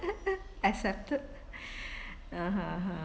accepted uh ha ha